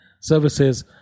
services